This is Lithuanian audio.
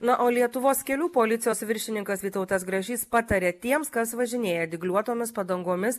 na o lietuvos kelių policijos viršininkas vytautas grašys pataria tiems kas važinėja dygliuotomis padangomis